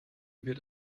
wird